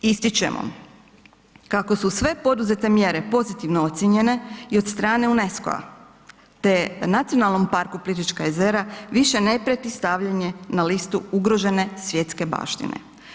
Ističemo kako su sve poduzete mjere pozitivne ocijenjene i od strane UNESCO-a te NP Plitvička jezera više ne prijeti stavljanje na listu ugrožene svjetske baštine.